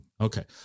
Okay